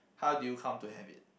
how did you come to have it